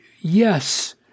yes